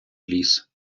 ліс